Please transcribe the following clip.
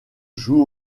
joue